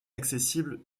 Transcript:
accessible